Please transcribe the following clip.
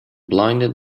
blinded